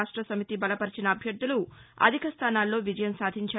రాష్టనమితి బలవరిచిన అభ్యర్థులు అధికస్థానాల్లో విజయం సాధించారు